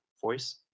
voice